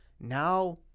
Now